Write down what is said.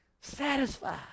Satisfied